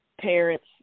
parents